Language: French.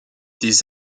des